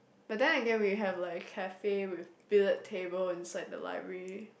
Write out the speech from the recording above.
but then again we can like have cafe with billiard table inside the library